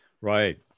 Right